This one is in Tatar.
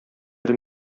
кер